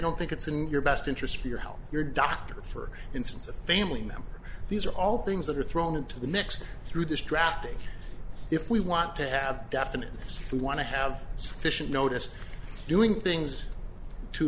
don't think it's in your best interest for your health your doctor for instance a family member these are all things that are thrown into the mix through this drafting if we want to have definite we want to have sufficient notice doing things to